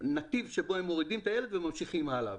נתיב שבו הם מורידים את הילד וממשיכים הלאה.